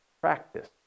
Practice